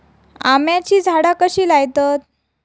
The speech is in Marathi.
आम्याची झाडा कशी लयतत?